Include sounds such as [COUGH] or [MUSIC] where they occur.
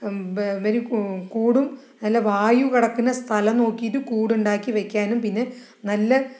[UNINTELLIGIBLE] കൂടും നല്ല വായു കടക്കുന്ന സ്ഥലം നോക്കിയിട്ട് കൂടുണ്ടാക്കി വെയ്ക്കാനും പിന്നെ നല്ല